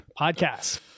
podcast